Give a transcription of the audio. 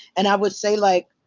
and i would say like